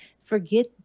forget